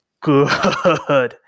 good